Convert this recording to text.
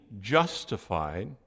justified